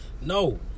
No